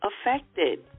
affected